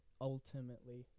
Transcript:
ultimately